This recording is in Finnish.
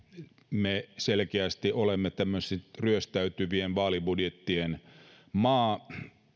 me selkeästi olemme tämmöisten ryöstäytyvien vaalibudjettien maa